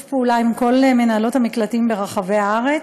פעולה עם כל מנהלות המקלטים ברחבי הארץ.